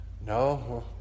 No